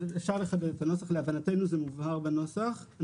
אפשר לחדד את הנוסח, להבנתנו זה מובהר בנוסח.